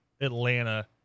Atlanta